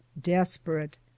desperate